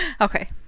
Okay